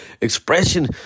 expression